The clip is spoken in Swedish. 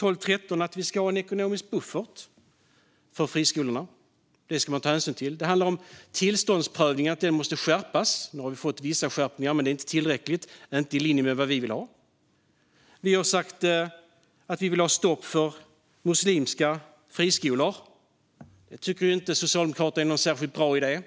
jag har kunnat hitta - sagt att vi ska tillåta en ekonomisk buffert för friskolorna. Det ska man ta hänsyn till. Det handlar om tillståndsprövningen och att den måste skärpas. Nu har vi fått vissa skärpningar, men det är inte tillräckliga och inte i linje med vad vi vill ha. Vi har sagt att vi vill ha stopp för muslimska friskolor. Det tycker inte Socialdemokraterna är någon särskilt bra idé.